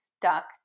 stuck